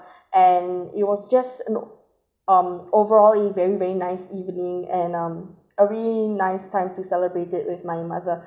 and it was just in o~ um overall a very very nice evening and um a really nice time to celebrated with my mother